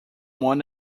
won